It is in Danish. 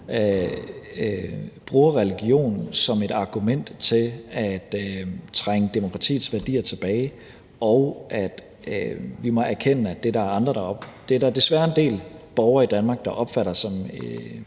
bruger religion som et argument for at trænge demokratiets værdier tilbage. Og vi må erkende, at det er der desværre en del borgere i Danmark der opfatter som